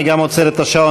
אני גם עוצר את השעון.